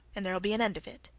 and there'll be an end of it.